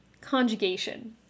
conjugation